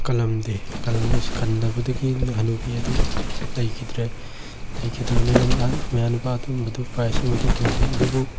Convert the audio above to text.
ꯀꯜꯂꯝꯗꯦ ꯀꯟꯗꯕꯗꯒꯤ ꯍꯅꯨꯕꯤ ꯑꯗꯨ ꯂꯩꯈꯤꯗ꯭ꯔꯦ ꯂꯩꯈꯤꯗꯕꯅꯤꯅ ꯃꯍꯥꯛ ꯃꯌꯥꯅꯨꯄꯥ ꯑꯇꯣꯝꯕꯗꯨ ꯄꯔꯥꯏꯖ ꯑꯃꯠꯇ ꯐꯪꯗꯦ ꯑꯗꯨꯕꯨ